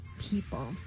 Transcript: people